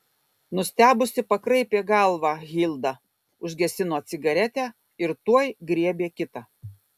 nustebusi pakraipė galvą hilda užgesino cigaretę ir tuoj griebė kitą